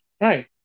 Right